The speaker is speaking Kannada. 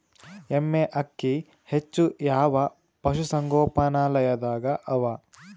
ಎಮ್ಮೆ ಅಕ್ಕಿ ಹೆಚ್ಚು ಯಾವ ಪಶುಸಂಗೋಪನಾಲಯದಾಗ ಅವಾ?